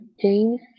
James